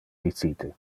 dicite